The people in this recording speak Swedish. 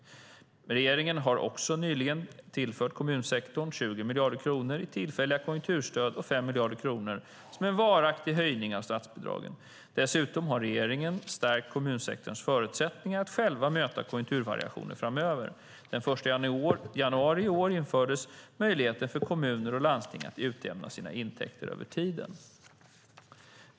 Regeringen har också nyligen tillfört kommunsektorn 20 miljarder kronor i tillfälliga konjunkturstöd och 5 miljarder kronor som en varaktig höjning av statsbidragen. Dessutom har regeringen stärkt kommunsektorns förutsättningar för att själva möta konjunkturvariationer framöver. Den 1 januari i år infördes möjligheten för kommuner och landsting att utjämna sina intäkter över tid.